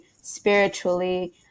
spiritually